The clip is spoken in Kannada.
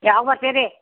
ಯಾವ್ಗ ಬರ್ತೀರಿ